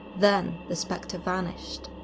then the spectre vanished,